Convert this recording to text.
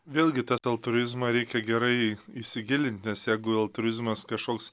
vėlgi tad altruizmą reikia gerai įsigilint nes jeigu altruizmas kažkoks